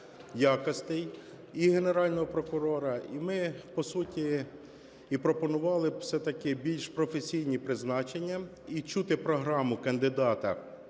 якостей і Генерального прокурора. І ми, по суті, і пропонували б все-таки більш професійні призначення, і чути програму кандидата